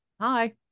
hi